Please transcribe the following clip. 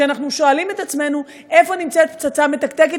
כשאנחנו שואלים את עצמנו איפה נמצאת פצצה מתקתקת,